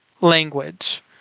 language